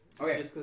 Okay